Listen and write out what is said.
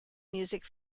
music